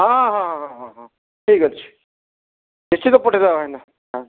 ହଁ ହଁ ହଁ ହଁ ହଁ ଠିକ୍ ଅଛି ନିଶ୍ଚିତ ପଠେଇଦେବା ଭାଇନା ହଁ